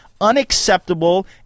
unacceptable